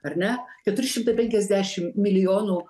ar ne keturi šimtai penkiasdešim milijonų